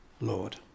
Lord